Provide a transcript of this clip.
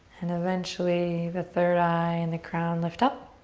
and eventually the third eye and the crown lift up.